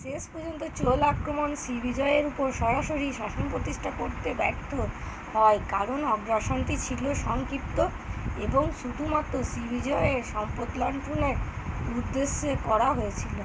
শেষ পর্যন্ত চোল আক্রমণ শ্রীবিজয়ের উপর সরাসরি শাসন প্রতিষ্ঠা করতে ব্যর্থ হয় কারণ অগ্রাসনটি ছিল সংক্ষিপ্ত এবং শুধুমাত্র শ্রীবিজয়ের সম্পদ লুণ্ঠনের উদ্দেশ্যে করা হয়েছিল